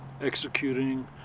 executing